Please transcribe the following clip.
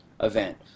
event